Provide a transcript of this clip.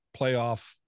playoff